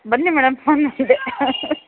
ಬನ್ನಿ madam canvas ಇದೆ